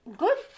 good